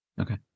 Okay